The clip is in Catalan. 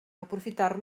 aprofitar